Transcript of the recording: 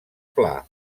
pla